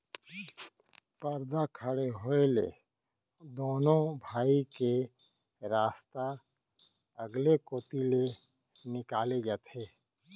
परदा खड़े होए ले दुनों भाई के रस्ता अलगे कोती ले निकाले जाथे